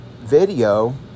video